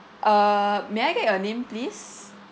uh may I get your name please